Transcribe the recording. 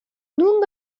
nun